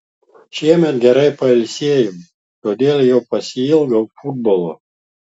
šiemet gerai pailsėjau todėl jau pasiilgau futbolo